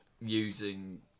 using